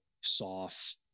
soft